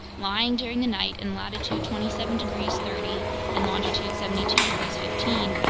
lying during the night in latitude twenty seven degrees thirty and longitude seventy two degrees fifteen,